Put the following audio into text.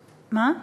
מה?